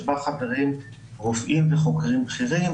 שבה חברים רופאים וחוקרים בכירים,